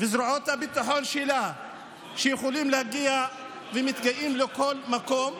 וזרועות הביטחון שלה שיכולים להגיע לכל מקום,